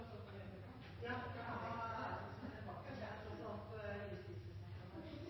Ja, jeg